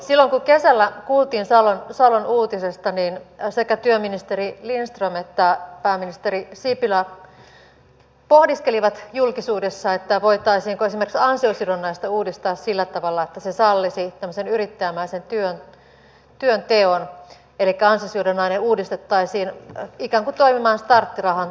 silloin kun kesällä kuultiin salon uutisesta niin sekä työministeri lindström että pääministeri sipilä pohdiskelivat julkisuudessa voitaisiinko esimerkiksi ansiosidonnaista uudistaa sillä tavalla että se sallisi tämmöisen yrittäjämäisen työnteon elikkä ansiosidonnainen uudistettaisiin ikään kuin toimimaan starttirahan tapaan